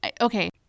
Okay